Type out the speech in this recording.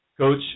Coach